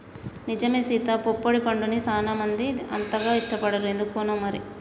నిజమే సీత పొప్పడి పండుని సానా మంది అంతగా ఇష్టపడరు ఎందుకనో మరి